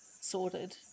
sorted